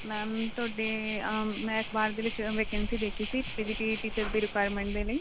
ma'am ਤੁਹਾਡੇ ਮੈਂ ਅਖ਼ਬਾਰ ਦੇ ਵਿੱਚ ਵਕੈਂਸੀ ਦੇਖੀ ਸੀ ਜੇ ਬੀ ਟੀ ਟੀਚਰ ਦੀ ਰਿਕੁਆਇਰਮੈਂਟ ਦੇ ਲਈ